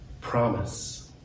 promise